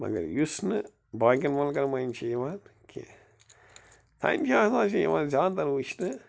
مگر یُس نہٕ باقِین مُلکن منٛز چھُ یِوان کیٚنٛہہ تَتہِ کیٛاہ سا چھُ یِوان زیادٕ تر وُچھنہٕ